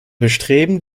bestreben